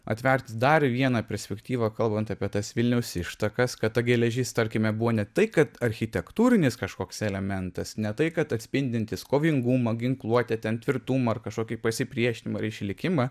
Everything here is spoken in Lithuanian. atverti dar vieną perspektyvą kalbant apie tas vilniaus ištakas kad ta geležis tarkime buvo ne tai kad architektūrinis kažkoks elementas ne tai kad atspindintis kovingumą ginkluotę ten tvirtumą ar kažkokį pasipriešinimą ir išlikimą